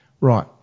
Right